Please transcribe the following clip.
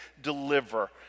deliver